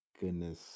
goodness